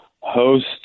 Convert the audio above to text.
Host